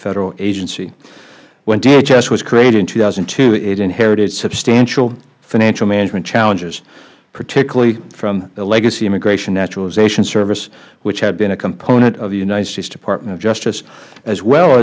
federal agency when dhs was created in two thousand and two it inherited substantial financial management challenges particularly from the legacy immigration and naturalization service which had been a component of the united states department of justice as well